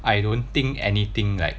I don't think anything like